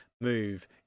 move